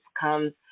comes